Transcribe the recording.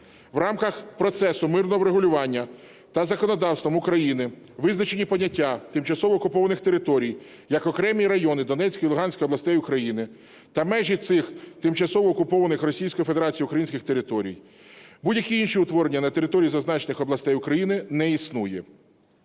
В рамках процесу мирного врегулювання та законодавством України визначені поняття тимчасово окупованих територій як окремі райони Донецької і Луганської областей України, та межі цих тимчасово окупованих Російською Федерацією українських територій, будь-яких інших утворень на території зазначених областей України не існує.